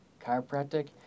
chiropractic